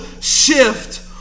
shift